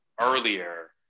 earlier